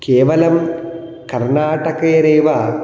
केवलं कर्नाटकैरेव